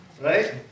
right